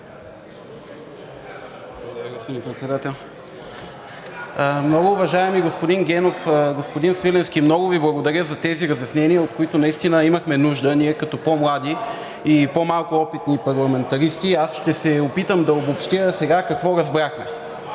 Многоуважаеми господин Генов, господин Свиленски, много Ви благодаря за тези разяснения, от които наистина имахме нужда. Ние, като по-млади и по-малко опитни парламентаристи, аз ще се опитам да обобщя сега какво разбрахме.